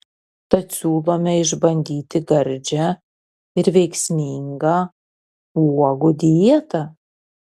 tad siūlome išbandyti gardžią ir veiksmingą uogų dietą